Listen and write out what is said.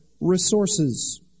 resources